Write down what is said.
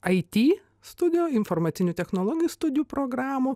it studijų informacinių technologijų studijų programų